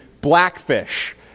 Blackfish